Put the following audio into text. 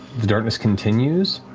the darkness continues.